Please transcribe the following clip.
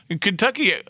Kentucky –